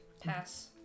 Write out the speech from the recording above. Pass